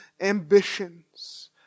ambitions